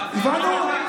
הבנו?